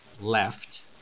left